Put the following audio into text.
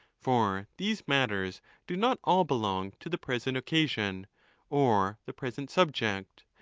for these matters do not all belong to the present occasion or the present subject,